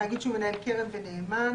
תאגיד שהוא מנהל קרן ונאמן,